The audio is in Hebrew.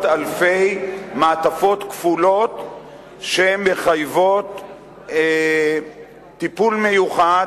אלפי מעטפות כפולות שמחייבות טיפול מיוחד.